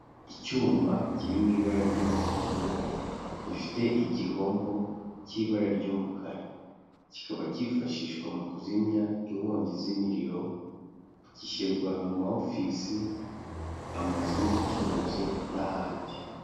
Icyuma kiri mu ibara ry'umutuku, gifite igihombo cy'ibara ry'umukara, kikaba cyifashishwa mu kuzimya inkongi z'imiriro, gishyirwa mu ma ofisi, amazu y'ubucuruzi n'ahandi.